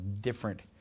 different